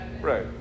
Right